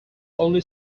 only